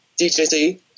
DJZ